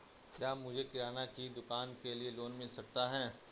क्या मुझे किराना की दुकान के लिए लोंन मिल सकता है?